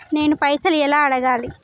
నేను పైసలు ఎలా అడగాలి?